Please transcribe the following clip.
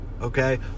Okay